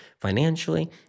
financially